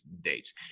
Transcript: dates